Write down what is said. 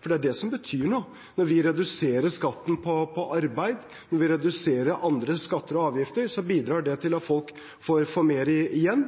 for det er det som betyr noe. Når vi reduserer skatten på arbeid, og når vi reduserer andre skatter og avgifter, bidrar det til at folk får mer igjen.